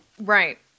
Right